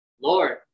Lord